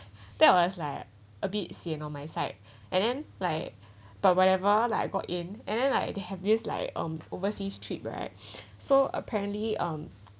that was like a bit sian on my side and then like but whatever like I got in and then like they have this like um overseas trip right so apparently um